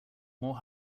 more